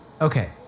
Okay